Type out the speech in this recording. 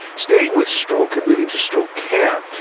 staying with stroke and moving to stroke care,